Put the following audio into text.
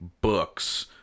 books